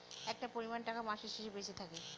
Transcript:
একটা পরিমান টাকা মাসের শেষে বেঁচে থাকে